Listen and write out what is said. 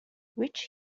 rich